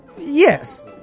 Yes